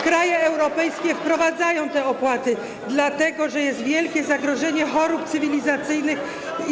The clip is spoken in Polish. Kraje europejskie wprowadzają te opłaty, dlatego że jest wielkie zagrożenie chorobami cywilizacyjnymi.